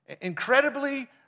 Incredibly